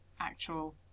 actual